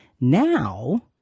Now